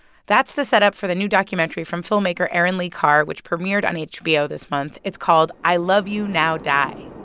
that's the setup for the new documentary from filmmaker erin lee carr which premiered on hbo this month. it's called i love you, now die.